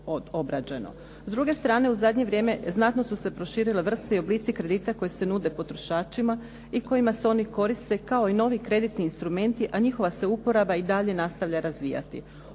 S druge strane, u zadnje vrijeme znatno su se proširile vrste i oblici kredita koji se nude potrošačima i kojima se oni koriste kao i novi kreditni instrumenti, a njihova se uporaba i dalje nastavlja razvijati.